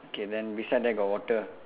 okay then beside there got water